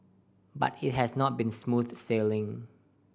but it has not been smooth sailing